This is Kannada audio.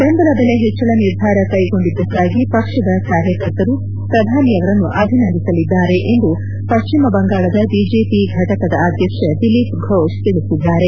ಬೆಂಬಲ ಬೆಲೆ ಹೆಚ್ಚಳ ನಿರ್ಧಾರ ಕೈಗೊಂಡಿದ್ದಕ್ಕಾಗಿ ಪಕ್ಷದ ಕಾರ್ಯಕರ್ತರು ಪ್ರಧಾನಿಯವರನ್ನು ಅಭಿಸಂದಿಸಲಿದ್ದಾರೆ ಎಂದು ಪಟ್ಟಮ್ ಬಂಗಾಳದ ಬಿಜೆಪಿ ಫಟಕದ ಅಧ್ಯಕ್ಷ ದಿಲೀಪ್ ಫೋಷ್ ತಿಳಿಸಿದ್ದಾರೆ